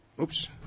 Oops